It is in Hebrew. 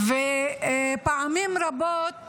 פעמים רבות